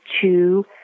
two